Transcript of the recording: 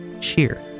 cheer